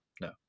no